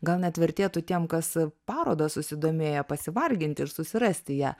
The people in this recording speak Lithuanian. gal net vertėtų tiem kas paroda susidomėjo pasivarginti ir susirasti ją